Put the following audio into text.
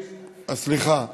סליחה,